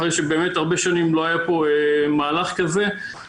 אחרי שהרבה שנים לא היה מהלך כזה,